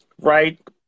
right